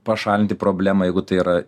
pašalinti problemą jeigu tai yra